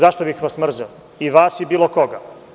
Zašto bih vas mrzeo, i vas i bilo koga?